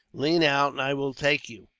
lean out, and i will take you.